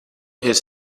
his